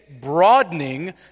broadening